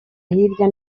hirya